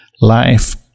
life